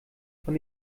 von